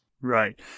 Right